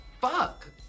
Fuck